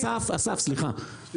סליחה,